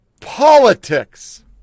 politics